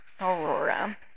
Aurora